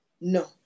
No